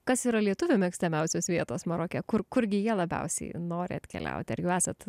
kas yra lietuvių mėgstamiausios vietos maroke kur kurgi jie labiausiai nori atkeliauti ar jau esat